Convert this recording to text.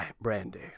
Brandy